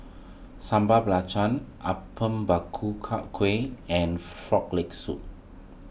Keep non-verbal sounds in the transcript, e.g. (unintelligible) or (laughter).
(noise) Sambal Belacan Apom (unintelligible) and Frog Leg Soup